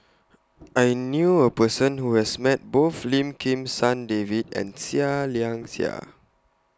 I knew A Person Who has Met Both Lim Kim San David and Seah Liang Seah